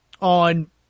on